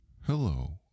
Hello